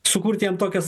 sukurti jam tokias